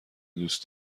دوست